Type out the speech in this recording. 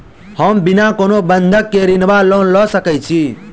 हम बिना कोनो बंधक केँ ऋण वा लोन लऽ सकै छी?